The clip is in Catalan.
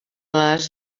les